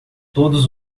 todos